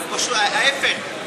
ההפך,